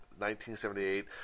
1978